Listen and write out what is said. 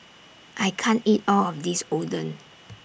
I can't eat All of This Oden